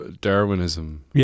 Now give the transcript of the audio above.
Darwinism